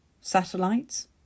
Satellites